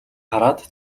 хараад